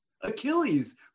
achilles